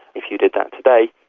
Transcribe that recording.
if you did that today,